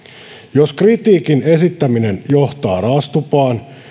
jos kritiikin esittäminen johtaa raastupaan